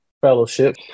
Fellowship